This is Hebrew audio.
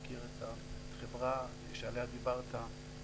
מכיר היטב את החברה שעליה דיברת.